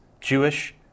Jewish